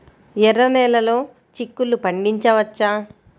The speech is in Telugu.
ఎర్ర నెలలో చిక్కుల్లో పండించవచ్చా?